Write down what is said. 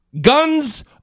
Guns